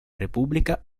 repubblica